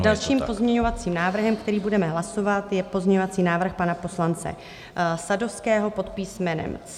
Dalším pozměňovacím návrhem, který budeme hlasovat, je pozměňovací návrh pana poslance Sadovského pod písmenem C.